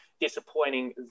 disappointing